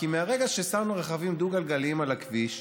כי מרגע ששמנו רכבים דו-גלגליים על הכביש,